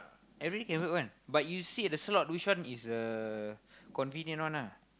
everyday can work one but you see at the slot which one is uh convenient one ah